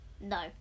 No